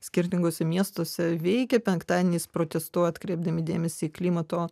skirtinguose miestuose veikia penktadieniais protestuoja atkreipdami dėmesį į klimato